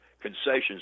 concessions